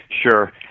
Sure